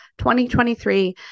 2023